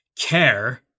care